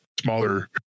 smaller